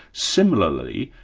similarly,